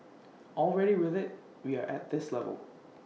already with IT we are at this level